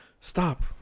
stop